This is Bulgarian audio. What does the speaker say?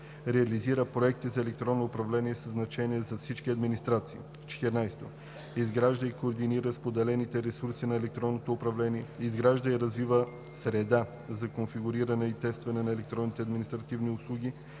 реализира проекти за електронно управление със значение за всички администрации; 14. изгражда и координира споделените ресурси на електронното управление, изгражда и развива среда за конфигуриране и тестване на електронните административни услуги